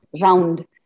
round